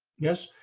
yes,